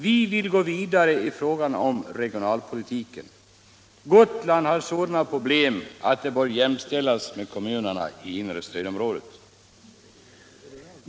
—- Vi vill gå vidare i fråga om regionalpolitiken. Gotland har sådana problem att det bör jämställas med kommunerna i inre stödområdet.